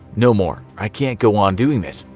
no more, i can't go on doing this.